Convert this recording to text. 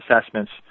assessments